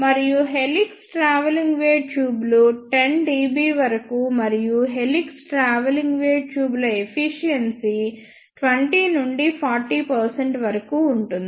మరియు helix traveling wave ట్యూబ్లు 10 dB వరకు మరియు హెలిక్స్ ట్రావెలింగ్ వేవ్ ట్యూబ్ల ఎఫిషియెన్సీ 20 నుండి 40 వరకు ఉంటుంది